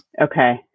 Okay